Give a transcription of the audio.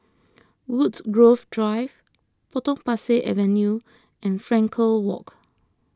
Woodgrove Drive Potong Pasir Avenue and Frankel Walk